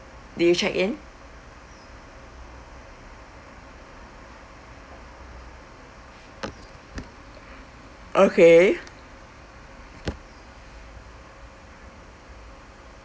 did you check in okay